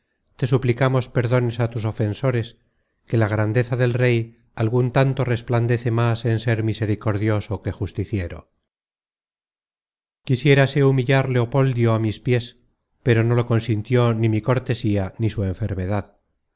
te suplicamos perdones á tus ofensores que la grandeza del rey algun tanto resplandece más en ser misericordioso que justiciero quisiérase humillar leopoldio á mis piés pero no lo consintió ni mi cortesía ni su enfermedad